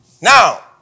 Now